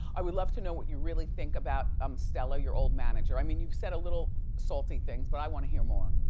i would love to know what you really think about um stella, your old manager. i mean you've said a little salty things, but i want to hear more.